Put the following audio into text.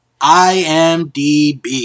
IMDB